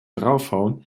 draufhauen